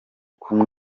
kumwe